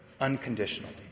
unconditionally